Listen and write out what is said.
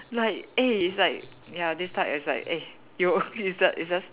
like eh it's like ya this type is like eh you it's just it's just